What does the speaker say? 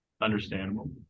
understandable